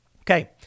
Okay